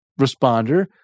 responder